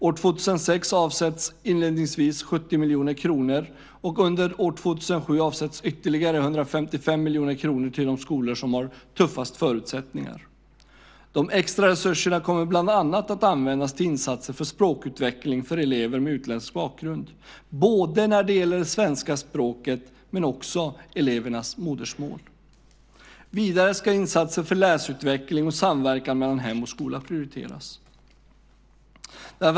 År 2006 avsätts inledningsvis 70 miljoner kronor och under år 2007 avsätts ytterligare 155 miljoner kronor till de skolor som har tuffast förutsättningar. De extra resurserna kommer bland annat att användas till insatser för språkutveckling för elever med utländsk bakgrund. Det gäller både det svenska språket och elevernas modersmål. Vidare ska insatser för läsutveckling och samverkan mellan hem och skola prioriteras.